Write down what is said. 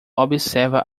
observa